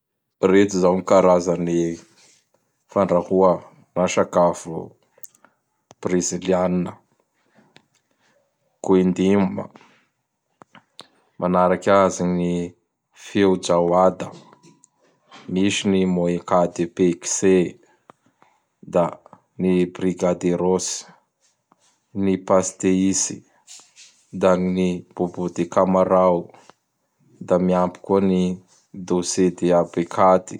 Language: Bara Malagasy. Reto zao gny karazany fandrahoa na sakafo BrEzilianina: Gwindimma, manaraky azy gny Fiojawada, misy gny Moika de Pektse, da ny Brigaderos, ny Pasteisy, da gn ny Bôbô de kamarao; da miampy koa ny Dose de Abekaty;